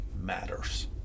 matters